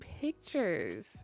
pictures